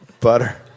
Butter